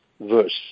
verse